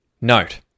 Note